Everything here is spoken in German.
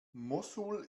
mossul